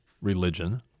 religion